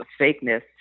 fakeness